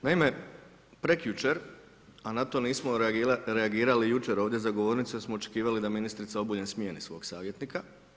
Naime, prekjučer, a na to nismo reagirali jučer, ovdje za govornicom, jer smo očekivali da ministrica Obuljen smijeni svojega savjetnika.